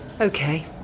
Okay